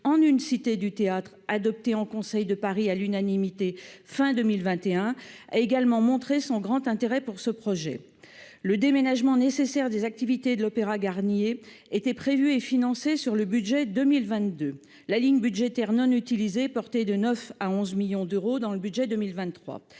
en une cité du théâtre, adopté en conseil de Paris, à l'unanimité, fin 2021 a également montré son grand intérêt pour ce projet, le déménagement nécessaire des activités de l'Opéra Garnier était prévu et financé sur le budget 2022 la ligne budgétaire non utilisés, portée de 9 à 11 millions d'euros dans le budget 2023